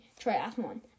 triathlon